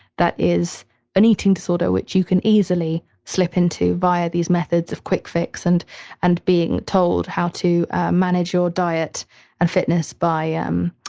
that is an eating disorder which you can easily slip into via these methods of quick fix and and being told how to manage your diet and fitness by um